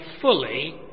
fully